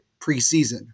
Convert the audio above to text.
preseason